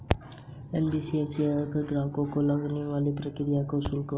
NBFC MFI द्वारा अपने ग्राहकों पर लगाए जाने वाला प्रक्रिया शुल्क कितना होता है?